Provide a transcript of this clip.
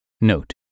Note